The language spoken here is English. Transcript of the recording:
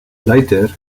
later